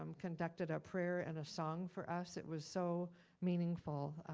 um conducted a prayer and a song for us. it was so meaningful.